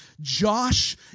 Josh